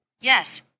Yes